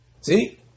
See